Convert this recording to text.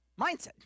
Mindset